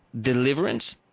deliverance